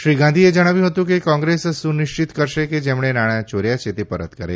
શ્રી ગાંધીએ જણાવ્યું હતું કે કોંગ્રેસ સુનિશ્ચિત કરશે કે જેમણે નાણાં ચોર્યા છે તે પરત કરે